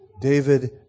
David